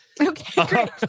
Okay